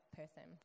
person